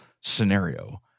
scenario